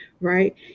right